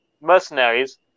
mercenaries